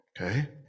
okay